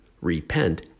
repent